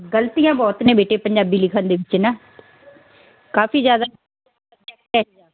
ਗਲਤੀਆਂ ਬਹੁਤ ਨੇ ਬੇਟੇ ਪੰਜਾਬੀ ਲਿਖਣ ਦੇ ਵਿੱਚ ਨਾ ਕਾਫੀ ਜ਼ਿਆਦਾ